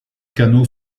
canaux